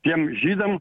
tiem žydam